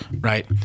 Right